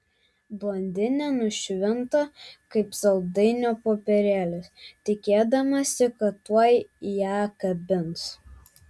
blondinė nušvinta kaip saldainio popierėlis tikėdamasi kad tuoj ją kabins